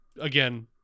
again